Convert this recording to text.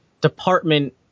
department